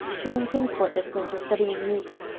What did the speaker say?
she's in kingsport this winter studying music.